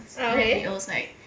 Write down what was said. uh okay